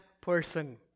person